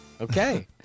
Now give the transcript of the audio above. Okay